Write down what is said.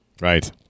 Right